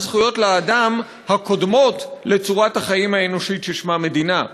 זכויות לאדם הקודמות לצורת החיים האנושית ששמה מדינה",